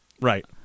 Right